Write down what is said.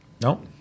No